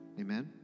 Amen